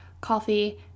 coffee